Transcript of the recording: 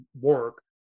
work